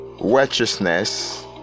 righteousness